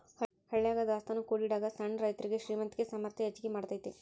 ಹಳ್ಯಾಗ ದಾಸ್ತಾನಾ ಕೂಡಿಡಾಗ ಸಣ್ಣ ರೈತರುಗೆ ಶ್ರೇಮಂತಿಕೆ ಸಾಮರ್ಥ್ಯ ಹೆಚ್ಗಿ ಮಾಡತೈತಿ